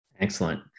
Excellent